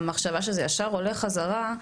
המחשבה שזה ישר עולה חזרה,